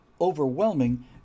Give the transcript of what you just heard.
overwhelming